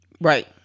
Right